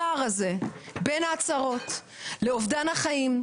הפער הזה בין ההצהרות לאובדן החיים,